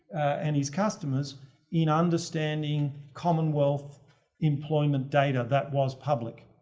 and his customers in understanding commonwealth employment data that was public,